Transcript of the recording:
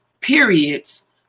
periods